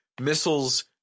missiles